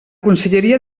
conselleria